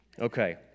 Okay